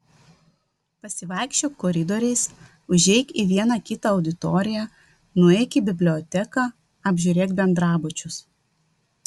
pasivaikščiok koridoriais užeik į vieną kitą auditoriją nueik į biblioteką apžiūrėk bendrabučius